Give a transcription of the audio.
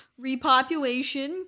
repopulation